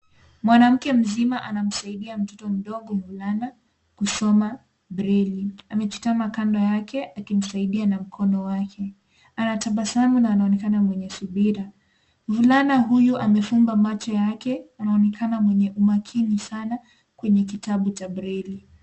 Mwanamke mzima anamsaidia mtoto mdogo mvulana kusoma breili. Amechitama kando yake akimsaidia na mkono wake, anatabasamu na anaonekana mwenye subira. Mvulana huyo amefumba macho yake, anaonekana mwenye umakini sana kwenye kitabu cha breili.